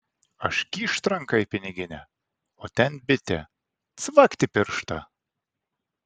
aš kyšt ranką į piniginę o ten bitė cvakt į pirštą